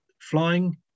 flying